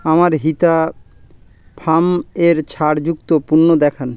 আমায় হিতা ফার্মের ছাড়যুক্ত পণ্য দেখান